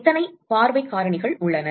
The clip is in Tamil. எத்தனை பார்வை காரணிகள் உள்ளன